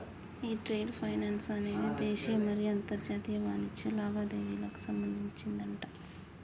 ఈ trade finance అనేది దేశీయ మరియు అంతర్జాతీయ వాణిజ్య లావాదేవీలకు సంబంధించిందట